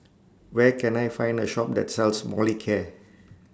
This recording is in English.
Where Can I Find A Shop that sells Molicare